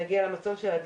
נגיע למצב של אדישות,